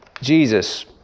Jesus